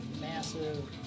massive